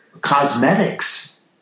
cosmetics